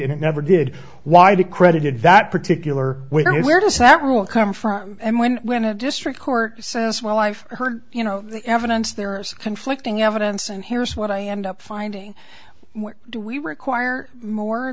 it never did why they credited that particular way or where does that rule come from and when when a district court says well i've heard you know evidence there are conflicting evidence and here's what i end up finding what do we require more